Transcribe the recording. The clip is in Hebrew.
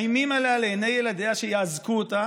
ומאיימים עליה לעיני ילדיה שיאזקו אותה